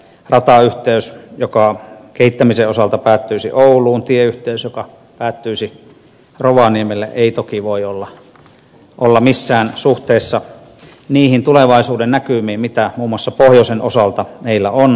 ratayhteys joka kehittämisen osalta päättyisi ouluun tieyhteys joka päättyisi rovaniemelle ei toki voi olla missään suhteessa niihin tulevaisuuden näkymiin mitä muun muassa pohjoisen osalta meillä on